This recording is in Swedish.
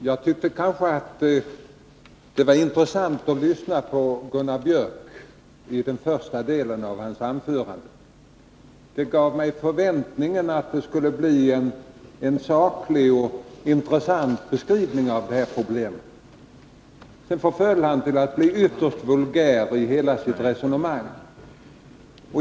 Herr talman! Jag tyckte att det var intressant att lyssna på Gunnar Björk i Gävle i den första delen av hans anförande. Det gav mig förväntningen att han skulle ge en saklig och intressant beskrivning av detta problem. Men sedan förföll han till att bli ytterst vulgär i hela sitt resonemang.